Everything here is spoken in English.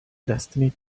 destiny